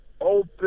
open